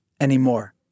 anymore